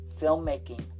filmmaking